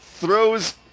throws